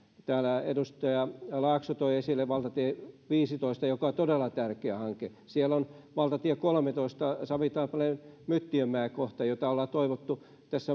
täällä edustaja laakso toi esille valtatie viidentoista joka on todella tärkeä hanke siellä on valtatie kolmentoista savitaipaleen myttiönmäen kohta jota on toivottu